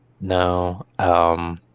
No